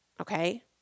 okay